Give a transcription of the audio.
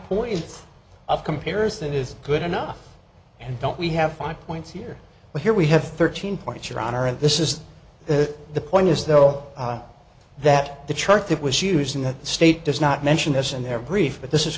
points of comparison is good enough and don't we have five points here but here we have thirteen point your honor and this is the point is though that the chart that was used in that state does not mention this in their brief but this is